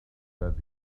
that